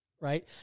right